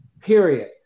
Period